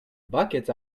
buckets